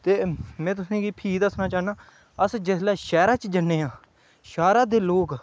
ते में तुसें गी फ्ही दस्सना चाह्न्नां अस जिसलै शैह्रा च जन्ने आं शैह्रा दे लोक